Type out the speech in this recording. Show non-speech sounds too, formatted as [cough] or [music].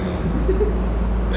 [laughs]